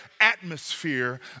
atmosphere